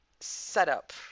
setup